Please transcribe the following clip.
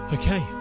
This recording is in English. Okay